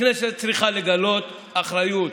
הכנסת צריכה לגלות אחריות.